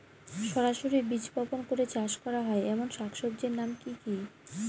সরাসরি বীজ বপন করে চাষ করা হয় এমন শাকসবজির নাম কি কী?